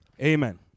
Amen